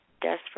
desperate